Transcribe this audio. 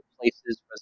places